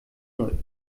null